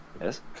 Yes